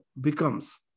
becomes